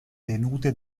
tenute